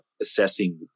assessing